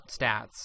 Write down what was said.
stats